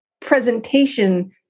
presentation